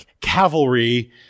cavalry